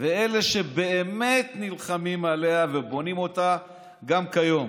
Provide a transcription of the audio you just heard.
ואלה שבאמת נלחמים עליה ובונים אותה גם כיום,